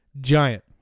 Giant